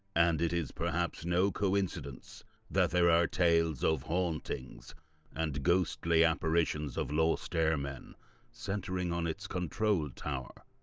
and it is perhaps no coincidence that there are tales of hauntings and ghostly apparitions of lost airmen centering on it's control tower.